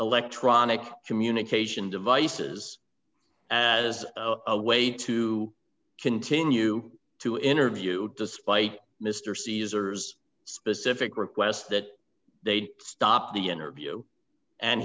electronic communication devices as a way to continue to interview despite mr caesar's specific requests that they stop the interview and